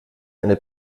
eine